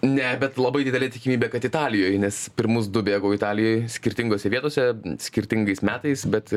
ne bet labai didelė tikimybė kad italijoj nes pirmus du bėgau italijoj skirtingose vietose skirtingais metais bet